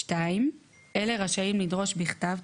"(2) אלה רשאים לדרוש בכתב,